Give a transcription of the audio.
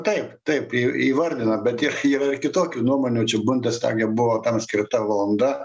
taip taip įvardina bet yra yra ir kitokių nuomonių čia bundestage buvo tam skirta valanda